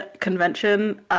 convention